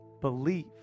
Believe